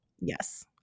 yes